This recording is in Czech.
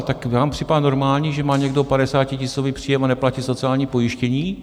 Tak vám připadá normální, že má někdo padesátitisícový příjem a neplatí sociální pojištění?